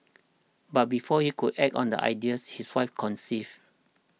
but before he could act on the ideas his wife conceived